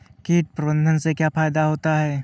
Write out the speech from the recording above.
कीट प्रबंधन से क्या फायदा होता है?